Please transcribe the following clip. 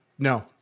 No